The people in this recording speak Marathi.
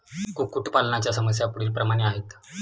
कुक्कुटपालनाच्या समस्या पुढीलप्रमाणे आहेत